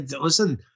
Listen